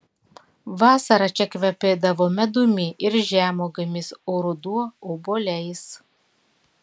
vasara čia kvepėdavo medumi ir žemuogėmis o ruduo obuoliais